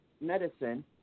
medicine